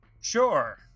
Sure